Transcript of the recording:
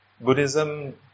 Buddhism